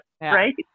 Right